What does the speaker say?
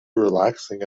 relaxing